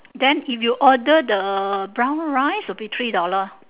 then if you order the brown rice it will be three dollar